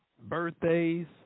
birthdays